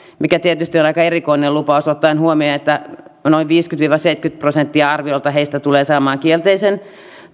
mikä tietysti on aika erikoinen lupaus ottaen huomioon että arviolta noin viisikymmentä viiva seitsemänkymmentä prosenttia heistä tulee saamaan kielteisen